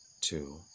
two